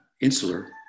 insular